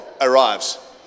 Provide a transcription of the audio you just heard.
arrives